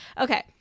okay